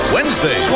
Wednesday